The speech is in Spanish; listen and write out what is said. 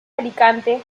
alicante